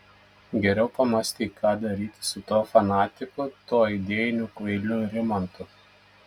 geriau pamąstyk ką daryti su tuo fanatiku tuo idėjiniu kvailiu rimantu